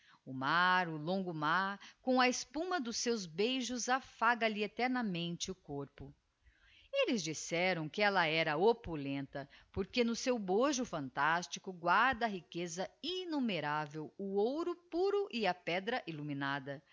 o mar o longo mar com a espuma dos seus beijos afaga lhe eternamente o corpo elles disseram que ella era opulenta porque no seu bojo phantastico guarda a riqueza innumeravel o ouro puro e a pedra illuminada